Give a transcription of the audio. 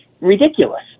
ridiculous